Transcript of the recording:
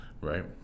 Right